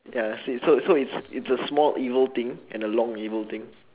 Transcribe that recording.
ya so it so so it's it's a small evil thing and a long evil thing